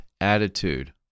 attitude